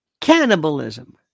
cannibalism